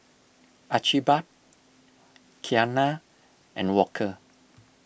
Archibald Keanna and Walker